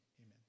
amen